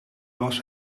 was